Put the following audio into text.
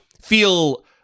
feel